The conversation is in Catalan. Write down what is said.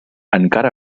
encara